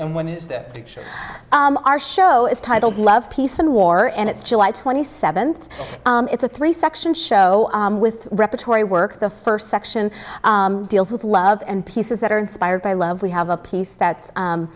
and when is that our show is titled love peace and war and it's july twenty seventh it's a three section show with repertory work the first section deals with love and pieces that are inspired by love we have a piece that's